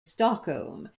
stockholm